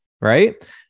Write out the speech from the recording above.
right